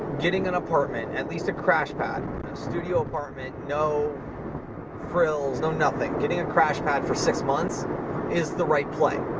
getting an apartment, at least a crash-pad, a studio apartment, no frills, no nothing. getting a crash-pad for six months is the right play.